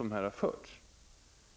Jag tycker